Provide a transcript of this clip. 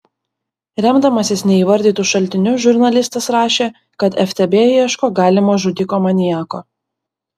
remdamasis neįvardytu šaltiniu žurnalistas rašė kad ftb ieško galimo žudiko maniako